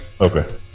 Okay